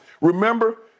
remember